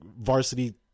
varsity